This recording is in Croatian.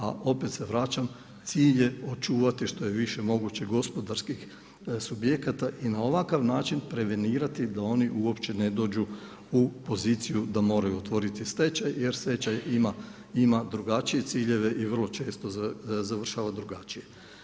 A opet se vraćam cilj je očuvati što je više moguće gospodarskih subjekata i na ovakav način prevenirati da oni uopće ne dođu u poziciju da moraju otvoriti stečaj, jer stečaj ima drugačije ciljeve i vrlo često završava drugačije.